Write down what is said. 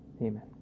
Amen